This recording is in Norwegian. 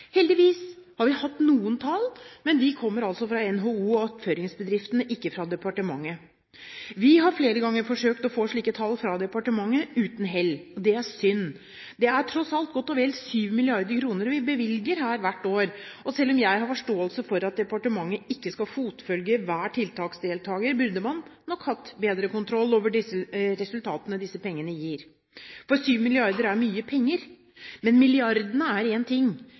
Heldigvis har vi hatt noen tall, men de kommer fra NHO og attføringsbedriftene, ikke fra departementet. Vi har flere ganger forsøkt å få slike tall fra departementet, uten hell. Det er synd. Vi bevilger tross alt godt og vel 7 mrd. kr her hvert år. Selv om jeg har forståelse for at departementet ikke skal fotfølge hver tiltaksdeltaker, burde man nok hatt bedre kontroll over resultatene disse pengene gir. 7 mrd. kr er mye penger. Men milliardene er én ting